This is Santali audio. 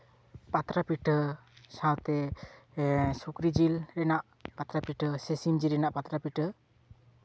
ᱯᱟᱛᱲᱟ ᱯᱤᱴᱷᱟᱹ ᱥᱟᱶᱛᱮ ᱥᱩᱠᱨᱤ ᱡᱤᱞ ᱨᱮᱱᱟᱜ ᱯᱟᱛᱲᱟ ᱯᱤᱴᱷᱟᱹ ᱥᱮ ᱥᱤᱢ ᱡᱤᱞ ᱨᱮᱱᱟᱜ ᱯᱟᱛᱲᱟ ᱯᱤᱴᱷᱟᱹ